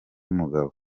umugabo